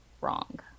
wrong